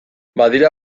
badira